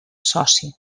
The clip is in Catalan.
soci